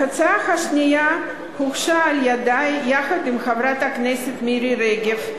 ההצעה השנייה הוגשה על-ידי יחד עם חברת הכנסת מירי רגב,